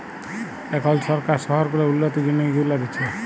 এখল সরকার শহর গুলার উল্ল্যতির জ্যনহে ইগুলা দিছে